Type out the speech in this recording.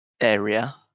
area